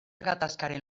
gatazkaren